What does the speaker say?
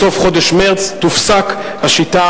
בסוף חודש מרס תופסק השיטה